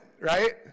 right